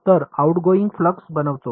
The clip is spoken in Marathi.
तर आउटगोइंग फ्लक्स बनतो